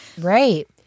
Right